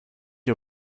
you